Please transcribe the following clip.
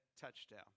touchdown